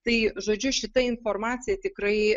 tai žodžiu šita informacija tikrai